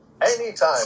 anytime